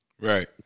right